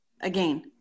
again